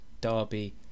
derby